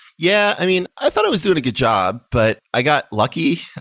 yeah. i mean, i thought it was doing a good job, but i got lucky,